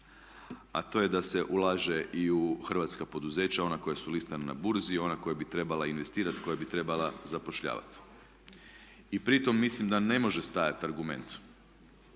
a to je da se ulaže i u hrvatska poduzeća, ona koja su listana na burzi, ona koja bi trebala investirati, koja bi trebala zapošljavati. I pri tome mislim da ne može stajati argument,